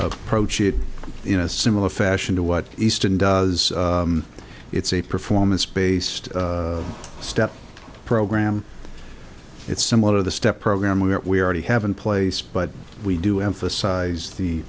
approach it in a similar fashion to what easton does it's a performance based step program it's similar to the step program we already have in place but we do emphasize the